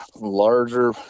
larger